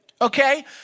okay